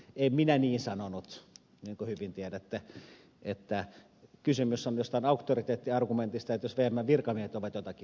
en minä niin sanonut niin kuin hyvin tiedätte että kysymys on jostain auktoriteettiargumentista jos vmn virkamiehet ovat jotakin mieltä